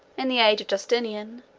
in the age of justinian,